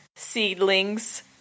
seedlings